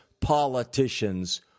politicians